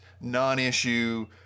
non-issue